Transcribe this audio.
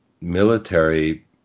military